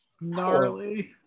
gnarly